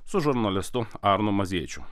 su žurnalistu arnu mazėčiu